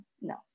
no